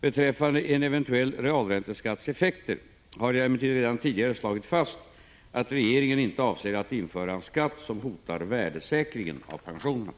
Beträffande en eventuell realränteskatts effekter har jag emellertid redan tidigare slagit fast att regeringen inte avser införa en skatt som hotar värdesäkringen av pensionerna.